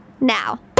Now